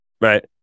Right